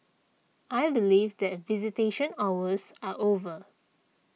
I believe that visitation hours are over